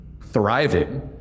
thriving